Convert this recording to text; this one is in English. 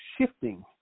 shifting